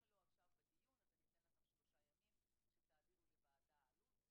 אם לא עכשיו בדיון אז אני אתן לכם שלושה ימים שתעבירו לוועדה את העלות.